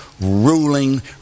ruling